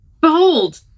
Behold